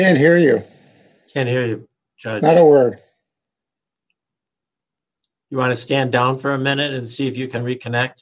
and here you can hear the word you want to stand down for a minute and see if you can reconnect